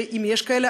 ואם יש כאלה,